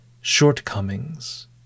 shortcomings